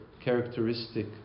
characteristic